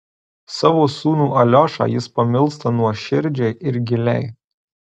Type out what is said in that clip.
savo sūnų aliošą jis pamilsta nuoširdžiai ir giliai